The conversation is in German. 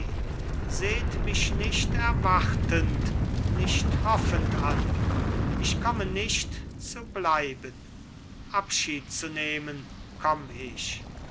mich nicht erwartend nicht hoffend an ich komme nicht zu bleiben abschied zu nehmen komm ich